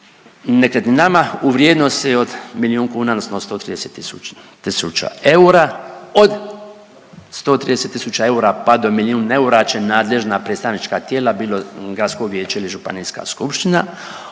nekretninama u vrijednosti od milijun kuna odnosno 130 tisuća eura od 130 tisuća eura pa do milijun eura će nadležna predstavnička tijela, bilo gradsko vijeće ili županijska skupština,